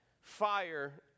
fire